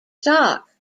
stock